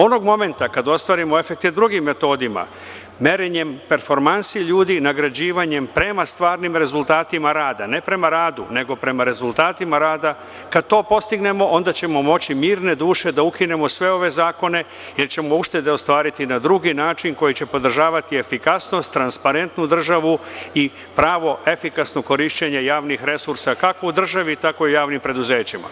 Onog momenta kada ostvarimo efekte drugim metodama, merenjem performansi ljudi, nagrađivanjem prema stvarnim rezultatima rada, ne prema radu nego prema rezultatima rada, kad to postignemo, onda ćemo moći mirne duše da ukinemo sve ove zakone, jer ćemo uštede ostvariti na drugi način, koji će podržavati efikasnost, transparentnu državu i pravo, efikasno korišćenje javnih resursa, kako u državi, tako i u javnim preduzećima.